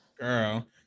Girl